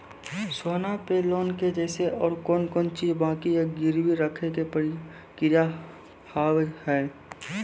सोना पे लोन के जैसे और कौन कौन चीज बंकी या गिरवी रखे के प्रक्रिया हाव हाय?